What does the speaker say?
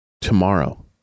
Tomorrow